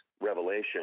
revelation